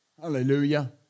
Hallelujah